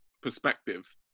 perspective